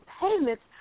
payments